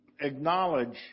acknowledge